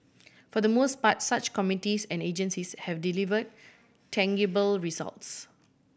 for the most part such committees and agencies have deliver tangible results